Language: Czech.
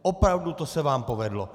Opravdu, to se vám povedlo!